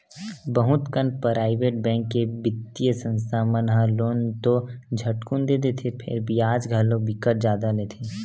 बहुत कन private bank के बित्तीय संस्था मन ह लोन तो झटकुन दे देथे फेर बियाज घलो बिकट जादा लेथे